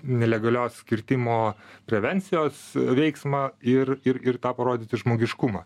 nelegalios kirtimo prevencijos veiksmą ir ir ir tą parodyti žmogiškumą